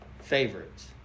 favorites